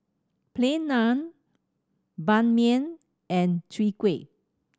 Plain Naan Ban Mian and Chwee Kueh